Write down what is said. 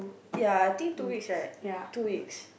ya I think two weeks right two weeks